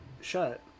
shut